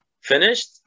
finished